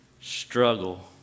Struggle